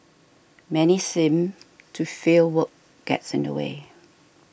many seem to feel work gets in the way